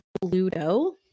Pluto